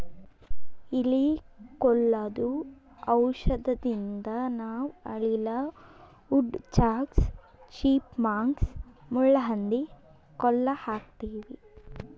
ಇಲಿ ಕೊಲ್ಲದು ಔಷಧದಿಂದ ನಾವ್ ಅಳಿಲ, ವುಡ್ ಚಕ್ಸ್, ಚಿಪ್ ಮಂಕ್ಸ್, ಮುಳ್ಳಹಂದಿ ಕೊಲ್ಲ ಹಾಕ್ತಿವಿ